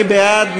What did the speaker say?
מי בעד?